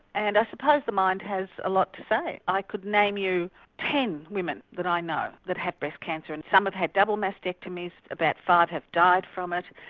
and i suppose the mind has a lot to say. i could name you ten women that i know that have had breast cancer. and some have had double mastectomies, about five have died from it.